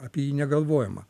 apie jį negalvojama